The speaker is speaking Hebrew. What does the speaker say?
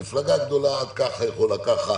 מפלגה גדולה יכולה ככה ויכולה ככה.